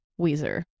Weezer